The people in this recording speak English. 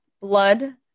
blood